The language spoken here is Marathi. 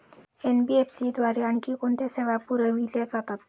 एन.बी.एफ.सी द्वारे आणखी कोणत्या सेवा पुरविल्या जातात?